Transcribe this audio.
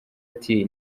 ati